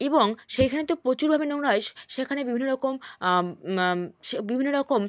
এবং সেইখানে তো প্রচুরভাবে নোংরা হয় সেখানে বিভিন্ন রকম সে বিভিন্ন রকম